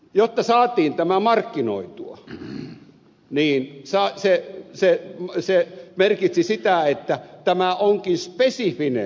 jotta saatiin tämä markkinoitua niin se merkitsi sitä että tämä onkin spesifinen